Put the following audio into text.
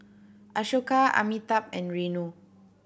Ashoka Amitabh and Renu